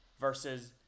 versus